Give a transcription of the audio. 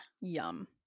yum